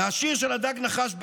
מהשיר של הדג נחש,